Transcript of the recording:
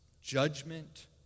judgment